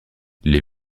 les